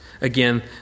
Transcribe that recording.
again